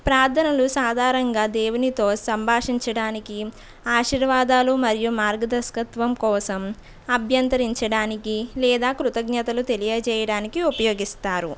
ప్రార్దనలు సాధరణంగా దేవునితో సంభాషించడానికీ ఆశీర్వాదాలు మరియు మార్గదర్శకత్వం కోసం అభ్యంతరించడానికి లేదా కృతజ్ఞతలు తెలియచేయయడానికి ఉపయోగిస్తారు